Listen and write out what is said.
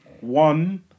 One